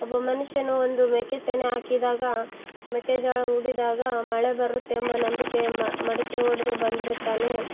ಒಬ್ಬ ಮನುಷ್ಯನು ಒಂದು ಮೆಕ್ಕೆ ತೆನೆ ಹಾಕಿದಾಗ ಮೆಕ್ಕೆಜೋಳ ಹೂಡಿದಾಗ ಮಳೆ ಬರುತ್ತೆ ಎಂಬ ನಂಬಿಕೆ ಮಡಿಕೆ ಹೊಡ್ದು ಬಂದಿರ್ತಾನೆ